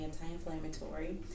anti-inflammatory